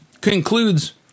concludes